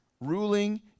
ruling